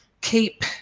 keep